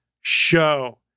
show